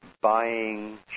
buying